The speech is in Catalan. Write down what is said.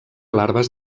larves